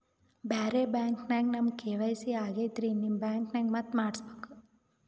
ಬ್ಯಾರೆ ಬ್ಯಾಂಕ ನ್ಯಾಗ ನಮ್ ಕೆ.ವೈ.ಸಿ ಆಗೈತ್ರಿ ನಿಮ್ ಬ್ಯಾಂಕನಾಗ ಮತ್ತ ಮಾಡಸ್ ಬೇಕ?